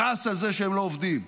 פרס על זה שהם לא עובדים.